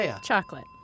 chocolate